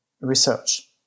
research